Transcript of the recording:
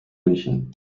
münchen